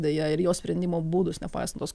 deja ir jo sprendimo būdus nepaisant tos